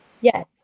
Yes